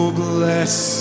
bless